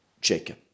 Jacob